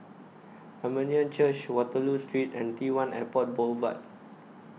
Armenian Church Waterloo Street and T one Airport Boulevard